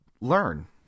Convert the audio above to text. learn